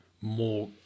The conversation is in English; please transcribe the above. more